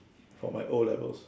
for my O-levels